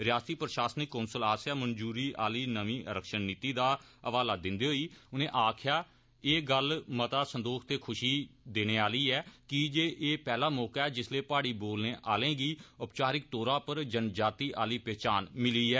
रियासती प्रशासनिक काउंसिल आस्सेया मंजूरी आली नर्मी आरक्षण नीति दा हवाला दिन्दे होई उनें आक्खेया एह गल्ल मता संदोख ते खुशी देने आहली ऐ कीजे एह पैहला मौका ऐ जिल्लै प्हाड़ी बोलने आहलें गी औपचारिक तौरा पर जन जाति आहली पहचान मिली ऐ